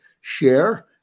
share